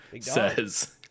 says